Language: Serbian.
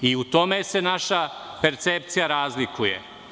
U tome se naša percepcija razlikuje.